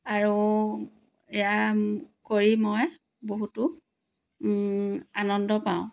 আৰু এইয়া কৰি মই বহুতো আনন্দ পাওঁ